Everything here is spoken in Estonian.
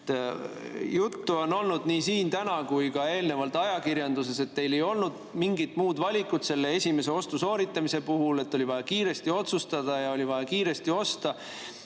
Juttu on olnud nii täna kui ka eelnevalt ajakirjanduses, et teil ei olnud mingit muud valikut selle esimese ostu sooritamise puhul, et oli vaja kiiresti otsustada ja oli vaja kiiresti osta.